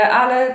ale